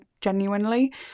genuinely